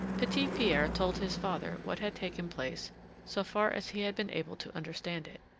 petit-pierre told his father what had taken place so far as he had been able to understand it.